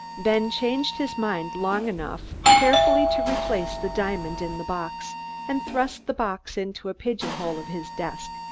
then changed his mind long enough carefully to replace the diamond in the box and thrust the box into a pigeonhole of his desk.